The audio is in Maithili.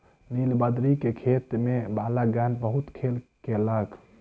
नीलबदरी के खेत में बालकगण बहुत खेल केलक